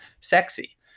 sexy